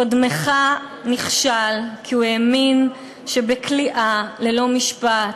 קודמך נכשל כי הוא האמין שבכליאה ללא משפט,